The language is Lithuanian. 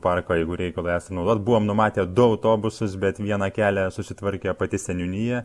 parko jeigu reikalui esant naudot buvom numatę du autobusus bet vieną kelią susitvarkė pati seniūnija